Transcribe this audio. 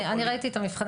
אני ראיתי את מבחני